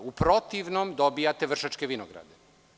U protivnom, dobijate Vršačke vinograde.